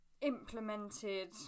implemented